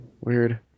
Weird